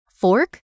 Fork